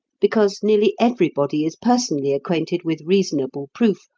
because nearly everybody is personally acquainted with reasonable proof,